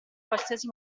qualsiasi